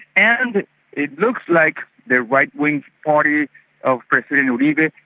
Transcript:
and it looks like the right-wing party of president uribe,